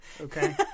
Okay